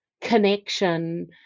connection